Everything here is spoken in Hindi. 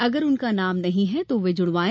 अगर उनका नाम नहीं है तो वे जुड़वाए